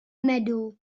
medal